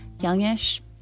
youngish